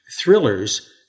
thrillers